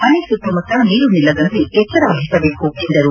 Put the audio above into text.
ಮನೆ ಸುತ್ತಮುತ್ತ ನೀರು ನಿಲ್ಲದಂತೆ ಎಚ್ಚರವಹಿಸಬೇಕು ಎಂದರು